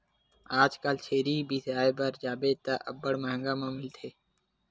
आजकल छेरी बिसाय बर जाबे त अब्बड़ मंहगा म मिलथे